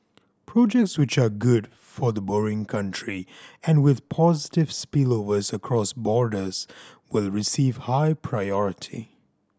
projects which are good for the borrowing country and with positive spillovers across borders will receive high priority